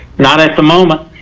not at the moment.